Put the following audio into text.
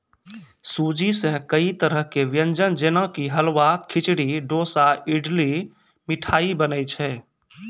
सूजी सॅ कई तरह के व्यंजन जेना कि हलवा, खिचड़ी, डोसा, इडली, मिठाई बनै छै